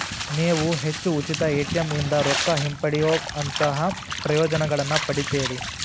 ನೇವು ಹೆಚ್ಚು ಉಚಿತ ಎ.ಟಿ.ಎಂ ಇಂದಾ ರೊಕ್ಕಾ ಹಿಂಪಡೆಯೊಅಂತಹಾ ಪ್ರಯೋಜನಗಳನ್ನ ಪಡಿತೇರಿ